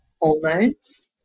hormones